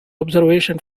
observation